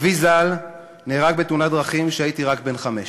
אבי ז"ל נהרג בתאונת דרכים כשהייתי רק בן חמש.